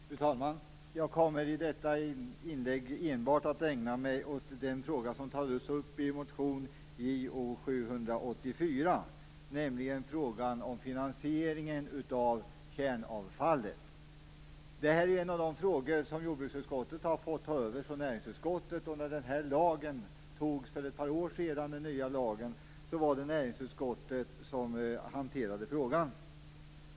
Fru talman! Jag kommer i detta inlägg enbart att ägna mig åt den fråga som tagits upp i motion Jo784, nämligen frågan om finansieringen av kärnavfallet. Det är en av de frågor som jordbruksutskottet har fått ta över från näringsutskottet. När den nya lagen antogs för ett par år sedan var det näringsutskottet som hanterade frågan.